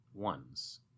One's